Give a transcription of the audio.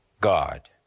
God